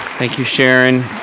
thank you, sharon.